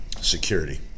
security